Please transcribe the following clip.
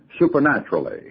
supernaturally